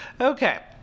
Okay